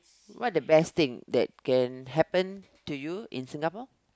what the best thing that can happen to you in Singapore